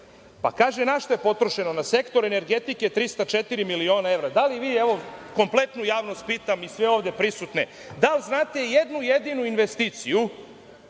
Na šta je potrošeno? Kažu – na sektor energetike 304 miliona evra. Da li vi, kompletnu javnost pitam i sve ovde prisutne, da li znate i jednu jedinu investiciju